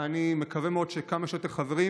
ואני מקווה מאוד שכמה שיותר חברים